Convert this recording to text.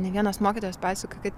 ne vienas mokytojas pasakojo kad